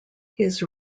his